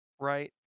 right